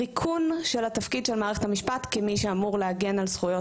ריקון של התפקיד של מערכת המשפט כמי שאמור להגן על זכויות